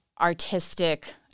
artistic